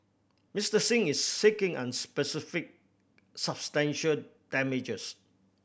Mister Singh is seeking unspecified substantial damages